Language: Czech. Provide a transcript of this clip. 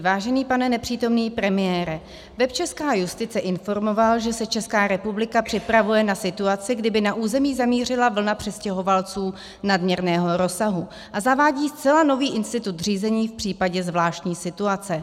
Vážený pane nepřítomný premiére, web Česká justice informoval, že se Česká republika připravuje na situaci, kdy by na území zamířila vlna přistěhovalců nadměrného rozsahu, a zavádí zcela nový institut řízení v případě zvláštní situace.